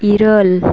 ᱤᱨᱟᱹᱞ